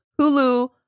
Hulu